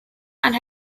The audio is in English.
and